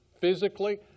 physically